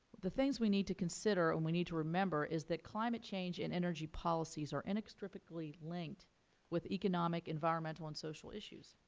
the thing we need to consider and we need to remember is that climate change and energy policies are inextricably linked with economic, environmental, and social issues.